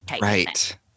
Right